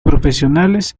profesionales